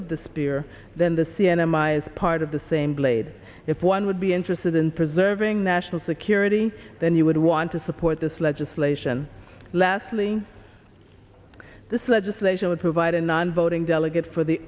spear then the c n n meyers part of the same blade if one would be interested in preserving national security then you would want to support this legislation lastly this legislation would provide a non voting delegate for the